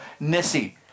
Nissi